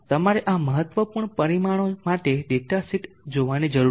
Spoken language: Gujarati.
તમારે આ મહત્વપૂર્ણ પરિમાણો માટે ડેટા શીટ જોવાની જરૂર છે